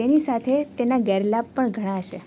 તેની સાથે તેના ગેરલાભ પણ ઘણા છે